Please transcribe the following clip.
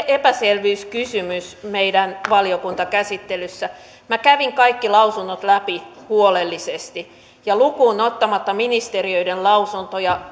epäselvyyskysymys meidän valiokuntakäsittelyssä kävin kaikki lausunnot läpi huolellisesti ja lukuun ottamatta ministeriöiden lausuntoja